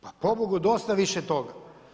Pa pobogu dosta više toga.